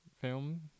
film